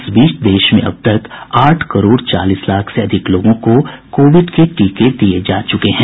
इस बीच देश में अब तक आठ करोड़ चालीस लाख से अधिक लोगों को कोविड के टीके दिये जा चुके हैं